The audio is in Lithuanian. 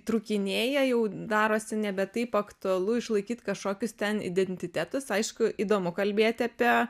trūkinėja jau darosi nebe taip aktualu išlaikyt kažkokius ten identitetus aišku įdomu kalbėti apie